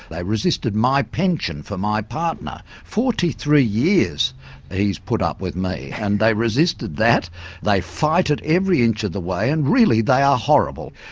they resisted my pension for my partner, forty three years he's put up with me and they resisted that they fight it every inch of the way and really they are horrible.